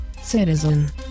citizen